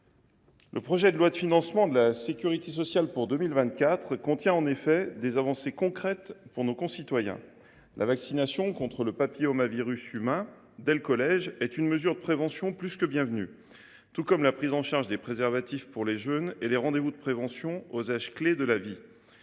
le projet de loi de financement de la sécurité sociale pour 2024 contient des avancées concrètes pour nos concitoyens. Ainsi, la vaccination contre le papillomavirus humain, dès le collège, est une mesure de prévention plus que bienvenue, tout comme la prise en charge des préservatifs pour les jeunes et la mise en place des rendez vous de prévention aux âges clés de la vie.